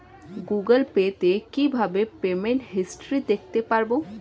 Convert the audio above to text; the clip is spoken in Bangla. গুগোল পে তে কিভাবে পেমেন্ট হিস্টরি দেখতে পারবো?